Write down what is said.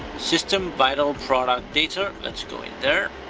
system vital product data. let's go in there.